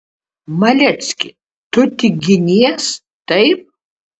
malecki tu tik ginies taip